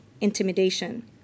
intimidation